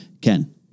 Ken